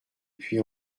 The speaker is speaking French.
puy